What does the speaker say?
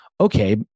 okay